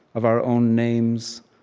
of our own names,